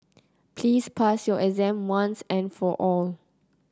please pass your exam once and for all